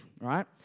right